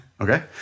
Okay